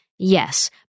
Yes